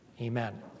Amen